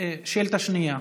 שאילתה שנייה: